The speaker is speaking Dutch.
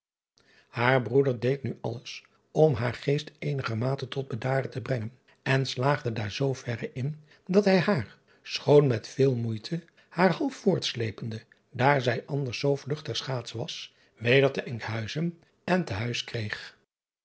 aar broeder deed nu alles om haar geest eenigermate tot bedaren te brengen en slaagde daar zooverre in dat hij haar schoon met veel moeite haar half voortslepende daar zij anders zoo vlug ter schaats was weder te nkhuizen en te huis kreeg